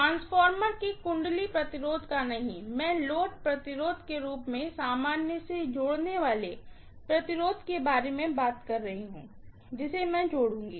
transformer की winding resistance का नहीं मैं लोड रेजिस्टेंस के रूप में सामान्य रूप से जोड़ने वाले रेजिस्टेंस के बार में बात कर रही हूँ जिसे मैं जोड़ूँगी